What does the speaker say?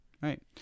Right